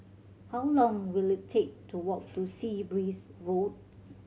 how long will it take to walk to Sea Breeze Road